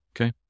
Okay